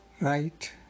Right